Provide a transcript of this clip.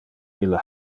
ille